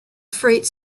freight